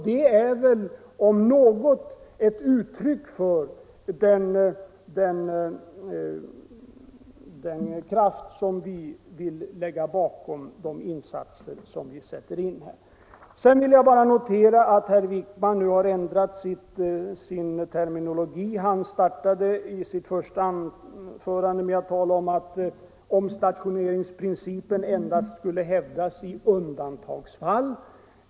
Det är väl om något ett uttryck för energiska insatser vi sätter in här. Sedan vill jag bara notera att herr Wijkman nu har ändrat sin terminologi. Han startade sitt första anförande med att tala om att omstationeringsprincipen endast skulle hävdas i undantagsfall.